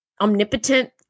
omnipotent